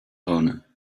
owner